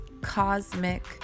cosmic